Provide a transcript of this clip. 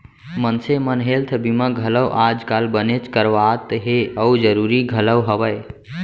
मनसे मन हेल्थ बीमा घलौ आज काल बनेच करवात हें अउ जरूरी घलौ हवय